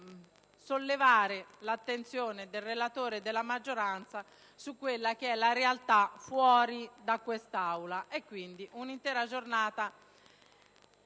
sollevare l'attenzione del relatore e della maggioranza su quella che è la realtà fuori da quest'Aula. Quindi potremmo